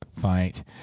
fight